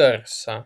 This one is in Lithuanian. garsą